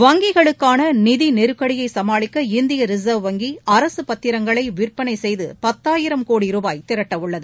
வங்கிகளுக்கான நிதி நெருக்கடியை சமாளிக்க இந்திய ரிசர்வ் வங்கி அரசு பத்திரங்களை விற்பனை செய்து பத்தாயிரம் கோடி ரூபாய் திரட்டவுள்ளது